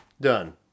done